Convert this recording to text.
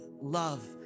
love